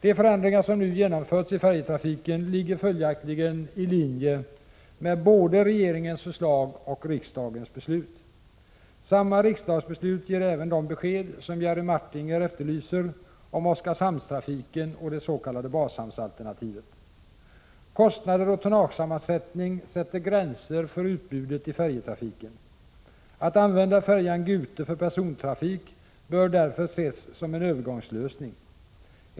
De förändringar som nu genomförts i färjetrafiken ligger följaktligen i linje med både regeringens förslag och riksdagens beslut. Samma riksdagsbeslut ger även de besked som Jerry Martinger efterlyser om Oskarshamnstrafiken och det s.k. bashamnsalternativet. Kostnader och tonnagesammansättning sätter gränser för utbudet i färjetrafiken. Att använda färjan Gute för persontrafik bör därför ses som en övergångslösning.